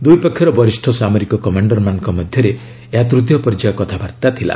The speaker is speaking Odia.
ଦୁଇପକ୍ଷର ବରିଷ୍ଣ ସାମରିକ କମାଣ୍ଡରମାନଙ୍କ ମଧ୍ୟରେ ଏହା ତୂତୀୟ ପର୍ଯ୍ୟାୟ କଥାବାର୍ତ୍ତା ଥିଲା